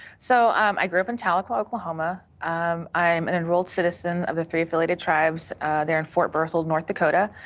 so, um i grew up in tahlequah, oklahoma. um i am an enrolled citizen of the three affiliated tribes there at and fort berthold, north dakota.